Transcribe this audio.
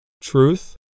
Truth